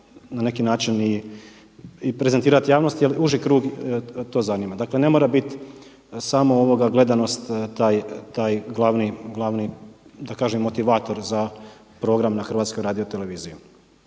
na neki način i prezentirati javnosti, ali uži krug to zanima. Dakle ne mora biti samo gledanost taj glavni motivator za program na HRT-u. Ali